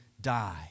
die